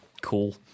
Cool